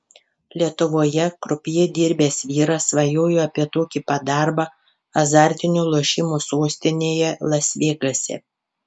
lietuvoje krupjė dirbęs vyras svajojo apie tokį pat darbą azartinių lošimų sostinėje las vegase